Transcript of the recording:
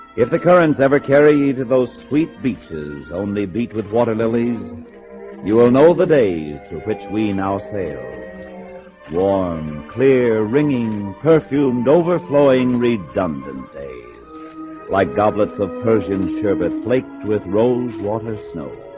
if the currents ever carry you to those sweet beaches only beat with water lilies you will know the days of which we now say warm clear ringing perfumed overflowing redundant days like goblets of persian sherbet flaked with rosewater snow